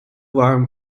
warm